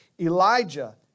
Elijah